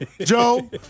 Joe